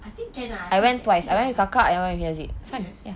I think can lah I think can I think boleh serious